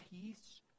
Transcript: peace